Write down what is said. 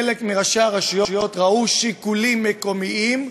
חלק מראשי הרשויות ראו שיקולים מקומיים,